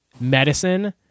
medicine